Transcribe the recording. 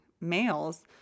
males